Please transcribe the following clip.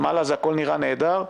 למעלה הכול נראה נהדר,